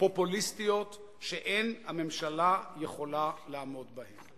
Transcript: פופוליסטיות שאין הממשלה יכולה לעמוד בהן".